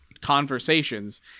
conversations